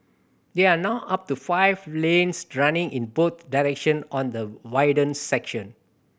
there are now up to five lanes running in both direction on the widened section